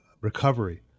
recovery